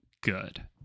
good